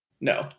no